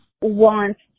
wants